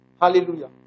Hallelujah